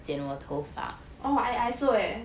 oh I I also eh